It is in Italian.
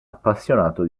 appassionato